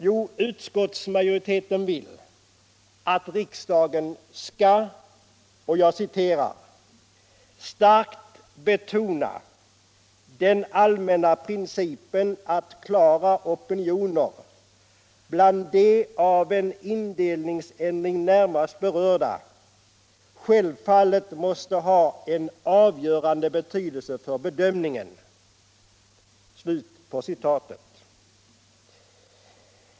Jo, utskottsmajoriteten vill att riksdagen skall ”starkt betona den allmänna principen att klara opinioner bland de av en aktualiserad indelningsändring närmast berörda självfallet måste ha en avgörande betydelse för bedömningen”.